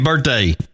birthday